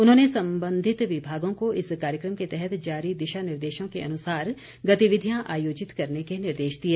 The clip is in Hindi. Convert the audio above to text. उन्होंने संबंधित विभागों को इस कार्यक्रम के तहत जारी दिशा निर्देशों के अनुसार गतिविधियां आयोजित करने के निर्देश दिए